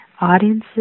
audiences